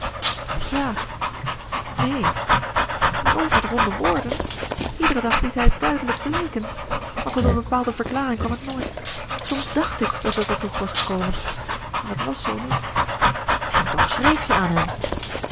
ja neen nooit met ronde woorden iederen dag liet hij het duidelijk blijken maar tot een bepaalde verklaring kwam het nooit soms dàcht ik dat het daartoe was gekomen maar het wàs zoo niet en toch schreef je aan hem